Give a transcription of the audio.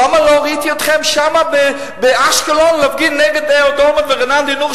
למה לא ראיתי אתכם שם באשקלון מפגינים נגד אהוד אולמרט ורענן דינור,